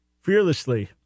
fearlessly